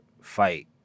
fight